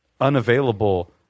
unavailable